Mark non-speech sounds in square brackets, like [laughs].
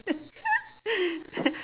[laughs]